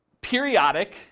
periodic